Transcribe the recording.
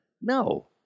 No